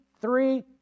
three